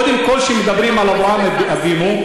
קודם כול, כשמדברים על אברהם אבינו,